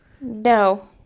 No